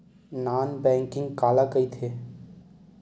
Non banking काला कइथे?